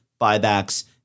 buybacks